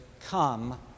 come